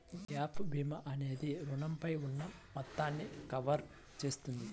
gap భీమా అనేది రుణంపై ఉన్న మొత్తాన్ని కవర్ చేస్తుంది